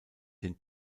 den